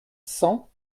cent